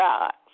God